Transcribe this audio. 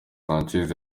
sanchez